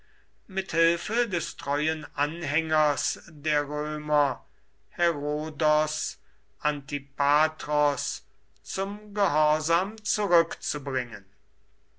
mit hilfe des treuen anhängers der römer herodos antipatros zum gehorsam zurückzubringen